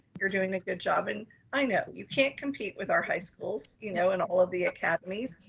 you're doing a good job, and i know you can't compete with our high schools, you know and all of the academies.